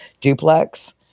duplex